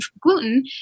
gluten